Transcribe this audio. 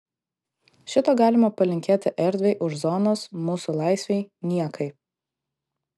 šito galima palinkėti erdvei už zonos mūsų laisvei niekai